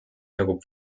nagu